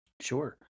Sure